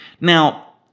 Now